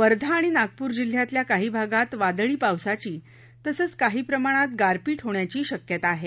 वर्धा आणि नागपूर जिल्ह्यातल्या काही भागात वादळी पावसाची तसंच काही प्रमाणात गारपीट होण्याची शक्यता आहे